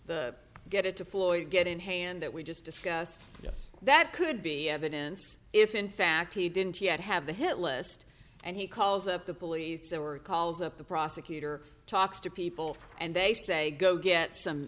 the get it to floyd get in hand that we just discussed yes that could be evidence if in fact he didn't yet have the hitlist and he calls up the police there were calls up the prosecutor talks to people and they say go get some